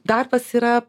darbas yra